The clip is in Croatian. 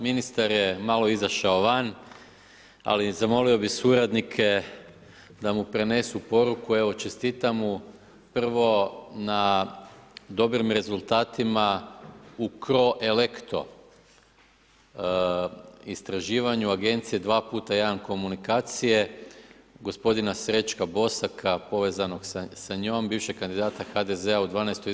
Ministar je malo izašao van ali zamolio bih suradnike da mu prenesu poruku, evo čestitam mu prvo na dobrim rezultatima u cro electro, istraživanju agencije 2x1 komunikacije, gospodina Srećka Bosaka povezanog sa njom, bivšeg kandidata HDZ-a u XII.